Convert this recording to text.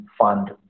fund